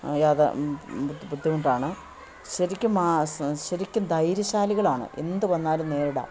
യതാ ബുദ്ധിമുട്ടാണ് ശരിക്കും മാ ശരിക്കും ധൈര്യശാലികളാണ് എന്തു വന്നാലും നേരിടാം